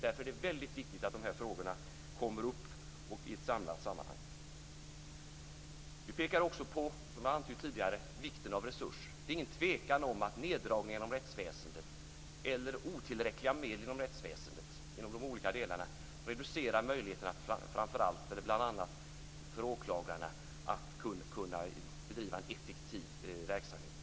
Därför är det väldigt viktigt att de här frågorna kommer upp i ett samlat sammanhang. Vi pekar också på, som jag har antytt tidigare, vikten av resurser. Det är inget tvivel om att neddragningen av rättsväsendet eller otillräckliga medel inom de olika delarna av rättsväsendet bl.a. reducerar möjligheterna för framför allt åklagarna att kunna bedriva en effektiv verksamhet.